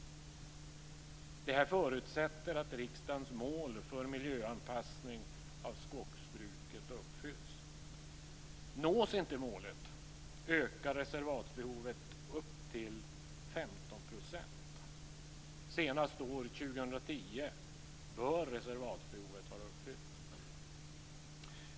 Detta förutsätter att riksdagens mål för miljöanpassning av skogsbruket uppfylls. Nås inte målet ökar reservatsbehovet med upp till 15 %. Senast år 2010 bör reservatsbehovet vara uppfyllt.